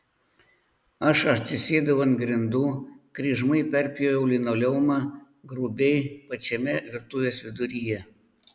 aš atsisėdau ant grindų kryžmai perpjoviau linoleumą grubiai pačiame virtuvės viduryje